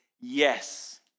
yes